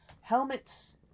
helmets